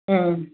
ம்